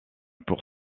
pour